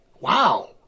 Wow